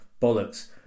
bollocks